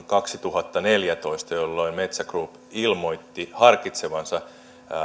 kaksituhattaneljätoista jolloin metsä group ilmoitti harkitsevansa